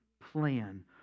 plan